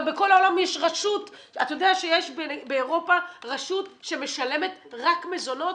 גם בכל העולם יש רשות אתה יודע שבאירופה יש רשות שמשלמת רק מזונות?